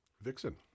Vixen